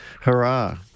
Hurrah